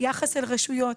יחס אל רשויות,